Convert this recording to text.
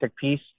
piece